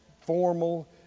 formal